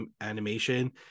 animation